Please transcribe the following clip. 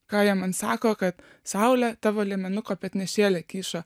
ką jie man sako kad saulė tavo liemenuko petnešėlė kyšo